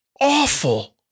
awful